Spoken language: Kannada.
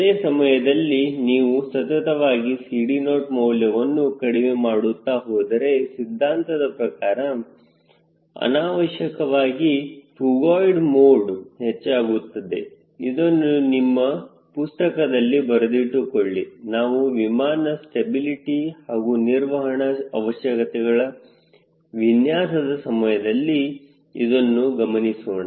ಅದೇ ಸಮಯದಲ್ಲಿ ನೀವು ಸತತವಾಗಿ CD0 ಮೌಲ್ಯವನ್ನು ಕಡಿಮೆ ಮಾಡುತ್ತಾ ಹೋದರೆ ಸಿದ್ಧಾಂತದ ಪ್ರಕಾರ ಅನಾವಶ್ಯಕವಾಗಿ ಫ್ಯೂಗೋಯ್ಡ್ ಮೋಡ್ ಹೆಚ್ಚಾಗುತ್ತದೆ ಇದನ್ನು ನಿಮ್ಮ ಪುಸ್ತಕದಲ್ಲಿ ಬರೆದಿಟ್ಟುಕೊಳ್ಳಿ ನಾವು ವಿಮಾನ ಸ್ಟೆಬಿಲಿಟಿ ಹಾಗೂ ನಿರ್ವಹಣ ಅವಶ್ಯಕತೆಗಳ ವಿನ್ಯಾಸದ ಸಮಯದಲ್ಲಿ ಇದನ್ನು ಗಮನಿಸೋಣ